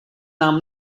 nám